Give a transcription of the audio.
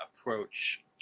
approach